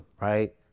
Right